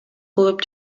кылып